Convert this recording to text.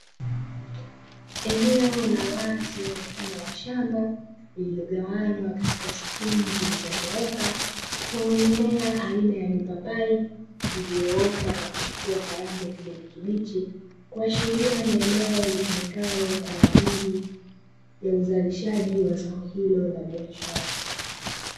Eneo la wazi mfano wa shamba, lililogawanywa katika sehemu zilizonyooka, zenye mimea aina ya mipapai iliyoota na kuchipua kwa rangi ya kijani kibichi. Kuashiria ni eneo litumikalo kwa ajili ya uzalishaji wa zao hilo la biashara.